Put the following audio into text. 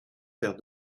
faire